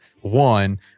one